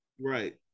Right